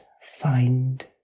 find